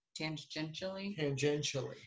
Tangentially